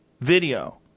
video